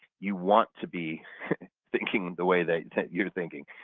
you want to be thinking the way that you're thinking.